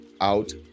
out